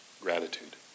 gratitude